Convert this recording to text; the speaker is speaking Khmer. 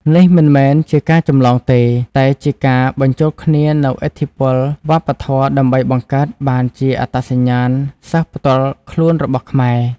នេះមិនមែនជាការចម្លងទេ តែជាការបញ្ចូលគ្នានូវឥទ្ធិពលវប្បធម៌ដើម្បីបង្កើតបានជាអត្តសញ្ញាណសិល្បៈផ្ទាល់ខ្លួនរបស់ខ្មែរ។